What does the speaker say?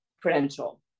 credential